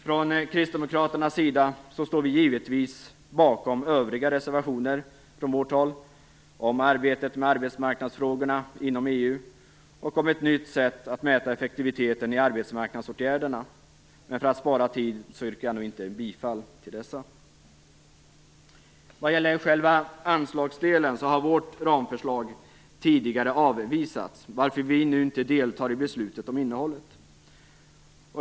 Från Kristdemokraternas sida står vi givetvis bakom övriga reservationer från vårt håll, om arbetet med arbetsmarknadsfrågorna inom EU och om ett nytt sätt att förbättra effektiviteten i arbetsmarknadsåtgärderna. Men för att spara tid yrkar jag nu inte bifall till dessa reservationer. Vad gäller själva anslagsdelen har vårt ramförslag tidigare avvisats, varför vi nu inte deltar i beslutet om innehållet.